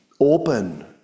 open